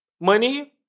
Money